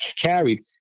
carried